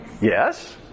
Yes